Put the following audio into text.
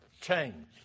change